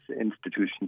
institutions